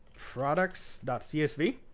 products dot csv.